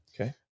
Okay